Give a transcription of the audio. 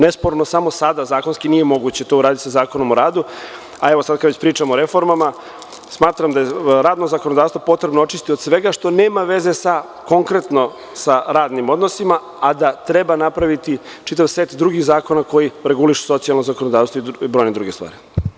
Nesporno je samo sada zakonski nije moguće to sada uraditi u Zakonu o radu, ali sada kada već pričamo o reformama, smatram da je radno zakonodavstvo potrebno očistiti od svega što nema veze sa konkretnom radnim odnosima, a da treba napraviti čitav set drugih zakona koji regulišu socijalno zakonodavstvo i brojne druge stvari.